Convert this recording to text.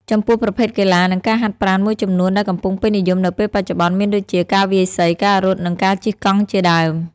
ចំពោះប្រភេទកីឡា និងការហាត់ប្រាណមួយចំនួនដែលកំពុងពេញនិយមនៅពេលបច្ចុច្បន្នមានដូចជា ការវាយសី ការរត់ និងការជិះកង់ជាដើម។